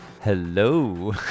hello